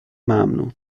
ممنون